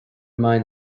mind